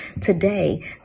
today